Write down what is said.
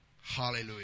Hallelujah